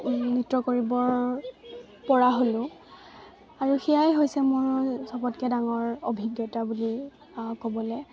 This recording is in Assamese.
নৃত্য কৰিব পৰা হ'লোঁ আৰু সেয়াই হৈছে মোৰ চবতকৈ ডাঙৰ অভিজ্ঞতা বুলি ক'বলৈ